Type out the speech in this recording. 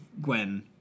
Gwen